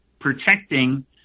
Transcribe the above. protecting